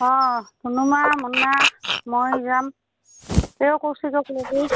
অঁ ধুনুমা মুন্না মই যাম তওঁ কৌশিকক ল'বি